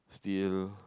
still